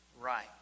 right